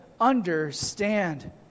understand